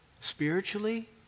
Spiritually